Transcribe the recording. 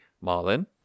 marlin